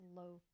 low